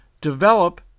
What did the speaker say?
develop